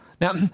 Now